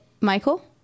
Michael